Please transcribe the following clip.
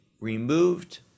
removed